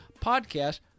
podcast